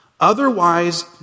Otherwise